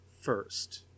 first